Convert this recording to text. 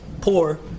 poor